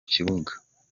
kibuga